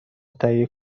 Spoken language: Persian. تهیه